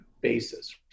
basis